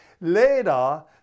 Later